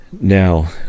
now